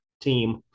team